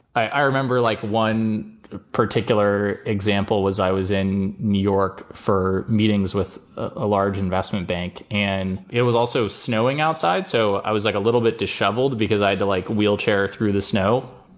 i remember like one particular example was i was in new york for meetings with a large investment bank and it was also snowing outside. so i was like a little bit disheveled because i had to, like, wheelchair through the snow.